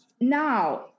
Now